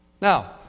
Now